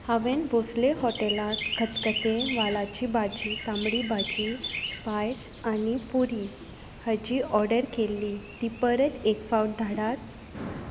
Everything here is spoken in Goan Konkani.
हांवें भोसले हॉटेलात खतखतें वालाची भाजी तांबडी भाजी पायश आनी पुरी हाची ऑडर केल्ली ती परत एक फावट धाडात